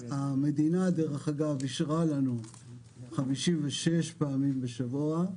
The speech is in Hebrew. המדינה, דרך אגב, אישרה לנו 56 פעמים בשבוע.